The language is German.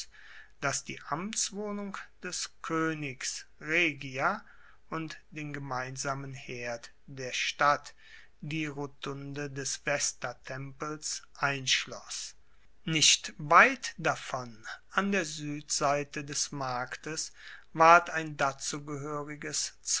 das die amtswohnung des koenigs regia und den gemeinsamen herd der stadt die rotunde des vestatempels einschloss nicht weit davon an der suedseite des marktes ward ein